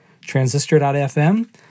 Transistor.fm